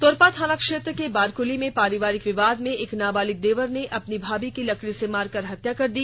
तोरपा थाना क्षेत्र के बारक्ली में परिवारिक विवाद में एक नाबालिग देवर ने अपनी भाभी की लकड़ी से मारकर हत्या कर दी